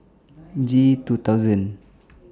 G two thousand